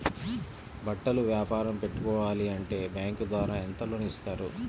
బట్టలు వ్యాపారం పెట్టుకోవాలి అంటే బ్యాంకు ద్వారా ఎంత లోన్ ఇస్తారు?